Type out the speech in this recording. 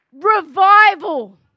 revival